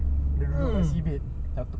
mm